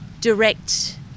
direct